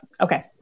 okay